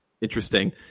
interesting